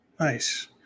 Nice